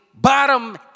bottom